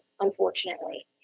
unfortunately